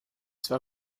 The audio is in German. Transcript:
zwar